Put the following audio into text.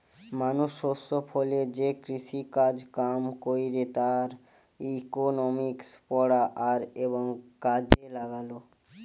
মানুষ শস্য ফলিয়ে যে কৃষিকাজ কাম কইরে তার ইকোনমিক্স পড়া আর এবং কাজে লাগালো